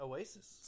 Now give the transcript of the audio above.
Oasis